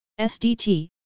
SDT